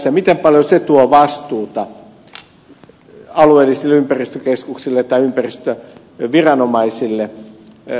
miten paljon se tuo vastuuta alueellisille ympäristökeskuksille tai ympäristöviranomaisille